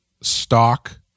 stock